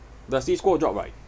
the CISCO job right